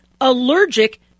allergic